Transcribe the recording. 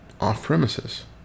off-premises